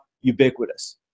ubiquitous